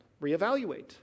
reevaluate